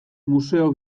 museo